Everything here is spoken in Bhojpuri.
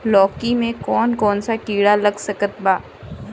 लौकी मे कौन कौन सा कीड़ा लग सकता बा?